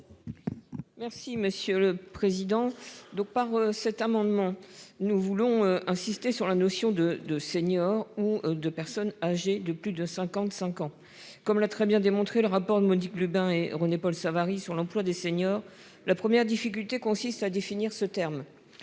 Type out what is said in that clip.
Merci monsieur le président. Donc par cet amendement. Nous voulons insister sur la notion de de senior ou de personnes âgées de plus de 55 ans comme l'a très bien démontré. Le rapport de Monique Lubin et René-Paul Savary. Sur l'emploi des seniors. La première difficulté consiste à définir ce terme.